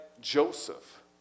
Joseph